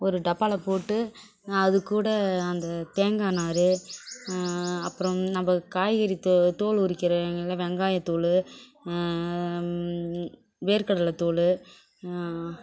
ஒரு டப்பாவில் போட்டு அது கூட அந்த தேங்காய் நார் அப்புறம் நம்ம காய்கறி தோ தோல் உரிக்கிறாங்கள்ல வெங்காயத்தோல் வேர்க்கடலை தோல்